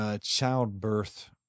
childbirth